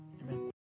Amen